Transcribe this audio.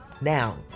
Now